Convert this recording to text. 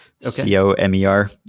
C-O-M-E-R